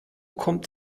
kommt